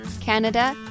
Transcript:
Canada